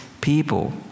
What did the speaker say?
people